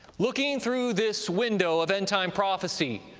looking through this window of end-time prophecy,